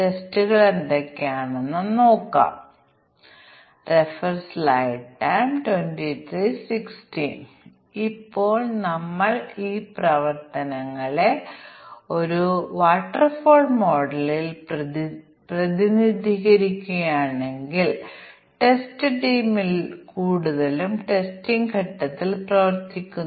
test കേസുകൾ എല്ലാം ശരിയാണെങ്കിൽ അല്ലാത്തപക്ഷം നിങ്ങൾ അത് സ്വമേധയാ ശരിയാക്കേണ്ടതുണ്ട് ഇപ്പോൾ ഞങ്ങൾ ക്രമീകരിച്ച അടുത്ത ഘട്ടത്തിൽ പരമാവധി മൂല്യങ്ങൾ എടുക്കുന്ന പാരാമീറ്റർ ഞങ്ങൾ എടുത്തു മറ്റ് പാരാമീറ്ററിന് ഞങ്ങൾ ക്രമീകരിച്ചിരിക്കുന്നത് 2 മൂല്യങ്ങൾ എടുക്കുന്നു